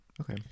Okay